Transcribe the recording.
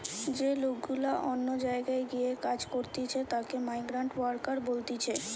যে লোক গুলা অন্য জায়গায় গিয়ে কাজ করতিছে তাকে মাইগ্রান্ট ওয়ার্কার বলতিছে